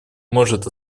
может